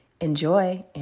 Enjoy